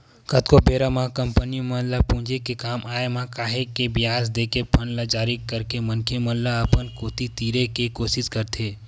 कतको बेरा म कंपनी मन ल पूंजी के काम आय म काहेक के बियाज देके बांड ल जारी करके मनखे मन ल अपन कोती तीरे के कोसिस करथे